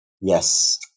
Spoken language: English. Yes